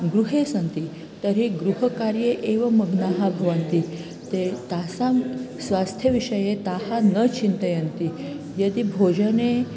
गृहे सन्ति तर्हि गृहकार्ये एव मग्नाः भवन्ति ताः तासां स्वास्थ्यविषये ताः न चिन्तयन्ति यदि भोजने